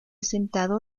sentado